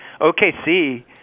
OKC